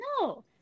No